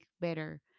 better